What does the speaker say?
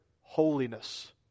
holiness